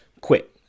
quit